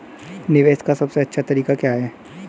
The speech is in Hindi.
निवेश का सबसे अच्छा तरीका क्या है?